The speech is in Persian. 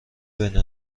بین